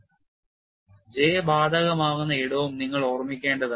J ബാധകമാകുന്ന ഇടവും നിങ്ങൾ ഓർമ്മിക്കേണ്ടതാണ്